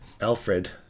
Alfred